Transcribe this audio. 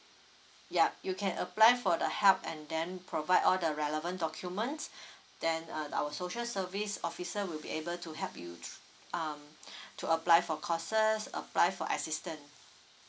yup you can apply for the help and then provide all the relevant documents then uh our social service officer will be able to help you throu~ um to apply for courses apply for assistance